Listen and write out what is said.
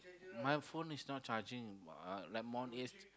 my phone is not charging uh like morning it's